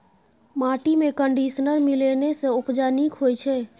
माटिमे कंडीशनर मिलेने सँ उपजा नीक होए छै